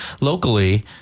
Locally